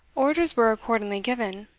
orders were accordingly given.